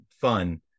fun